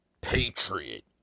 Patriot